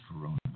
Corona